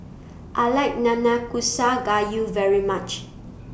I like Nanakusa Gayu very much